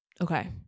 Okay